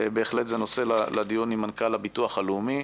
בהחלט זה נושא לדיון עם מנכ"ל הביטוח הלאומי.